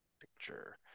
picture